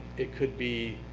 it could be